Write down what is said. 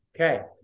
Okay